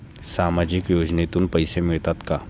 सामाजिक योजनेतून पैसे मिळतात का?